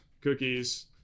cookies